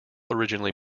originally